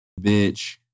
bitch